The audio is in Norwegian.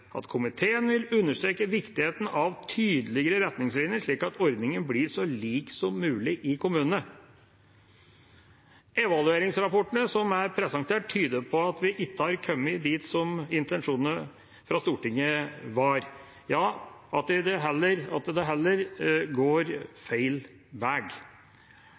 vil understreke viktigheten av tydelige retningslinjer, slik at ordningen blir så lik som mulig i kommunene.» Evalueringsrapportene som er presentert, tyder på at vi ikke har kommet dit som intensjonene fra Stortinget var, og at det heller går feil veg. Det